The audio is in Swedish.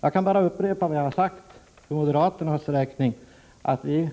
Jag kan bara upprepa vad jag har sagt för moderaternas räkning: Vi